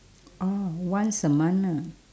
oh once a month ah